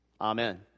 Amen